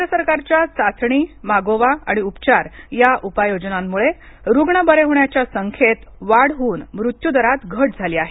केंद्र सरकारच्या चाचणी मागोवा आणि उपचार या उपाययोजनांमुळे रुग्ण बरे होण्याच्या संख्येत वाढ होऊन मृत्यू दरात घट झाली आहे